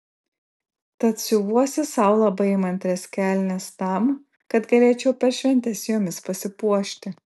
tad siuvuosi sau labai įmantrias kelnes tam kad galėčiau per šventes jomis pasipuošti